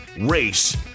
race